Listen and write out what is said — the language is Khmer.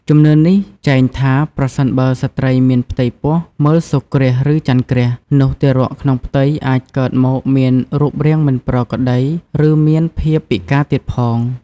ជំនឿនេះចែងថា ប្រសិនបើស្ត្រីមានផ្ទៃពោះមើលសូរ្យគ្រាស ឬចន្ទគ្រាស នោះទារកក្នុងផ្ទៃអាចកើតមកមានរូបរាងមិនប្រក្រតី ឬមានភាពពិការទៀតផង ។